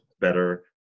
better